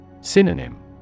Synonym